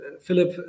Philip